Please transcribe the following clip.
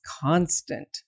constant